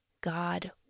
God